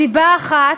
סיבה אחת,